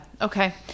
Okay